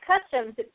customs